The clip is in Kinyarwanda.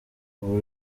ubu